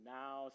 now